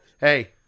hey